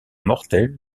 mortel